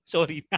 Sorry